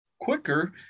quicker